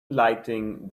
lighting